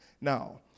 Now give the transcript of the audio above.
Now